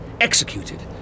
executed